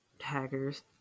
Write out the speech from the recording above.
Hackers